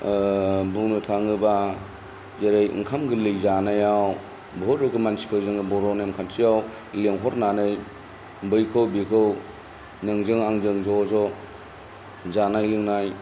बुंनो थाङोब्ला जेरै ओंखाम गोरलै जानायाव बहुद रोखोम मानसिफोर जों बर' नेमखान्थियाव लेंहरनानै बैखौ बेखौ नोंजों आंजों ज' ज' जानाय लोंनाय